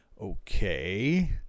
Okay